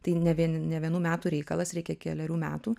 tai ne vien ne vienų metų reikalas reikia kelerių metų